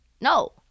No